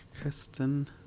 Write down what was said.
Kristen